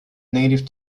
native